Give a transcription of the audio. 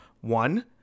One